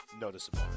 noticeable